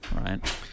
right